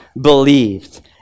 believed